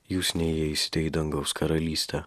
jūs neįeisite į dangaus karalystę